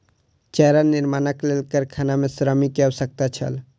चारा निर्माणक लेल कारखाना मे श्रमिक के आवश्यकता छल